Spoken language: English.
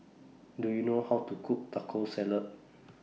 Do YOU know How to Cook Taco Salad